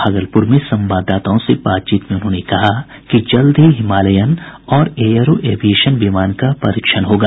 भागलपुर में संवाददाताओं से बातचीत में उन्होंने कहा कि जल्द ही हिमालयन और एयरो एविएशन विमान का परीक्षण होगा